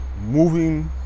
moving